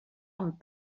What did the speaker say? amb